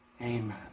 Amen